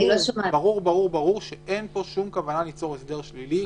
ברור שאין פה שום כוונה ליצור הסדר שלילי,